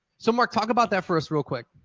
so, mark, talk about that for us real quick.